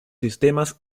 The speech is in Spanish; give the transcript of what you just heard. sistemas